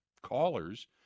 callers